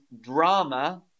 drama